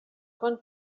quan